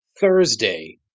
Thursday